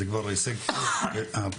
זה הישג טוב.